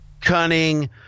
cunning